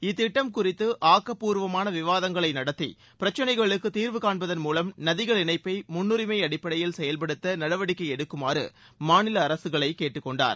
இத்திட்டம் குறித்து ஆக்கப்பூர்வமான விவாதங்களை நடத்தி பிரச்னைகளுக்கு தீர்வு காண்பதன் மூலம் நதிகள் இணைப்பை முன்னுரிமை அடிப்படையில் செயல்படுத்த நடவடிக்கை எடுக்குமாறு மாநில அரசுகளை கேட்டுக் கொண்டார்